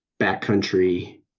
backcountry